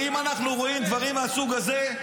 ואם אנחנו רואים דברים מהסוג הזה,